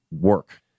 work